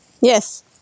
Yes